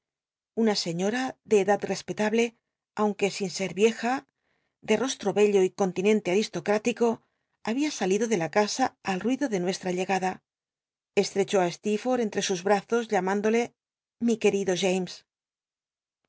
una cñora de edad respetable aunque siu ser ricja de rostro bello y cont inente al'istocrülico babia salido de la casa al ruido de nuestra llegada estrechó i steerforth entre sus brazo mindole u mi querido